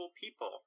people